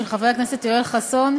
של חבר הכנסת יואל חסון,